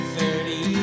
Thirty